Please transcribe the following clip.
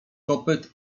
kopyt